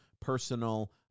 personal